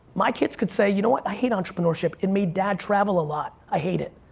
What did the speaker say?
my kids could say, you know what, i hate entrepreneurship, it made dad travel a lot, i hate it.